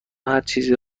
هرچیزی